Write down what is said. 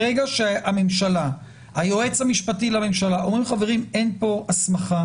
ברגע שהממשלה והיועץ המשפטי לממשלה אומרים שאין הסמכה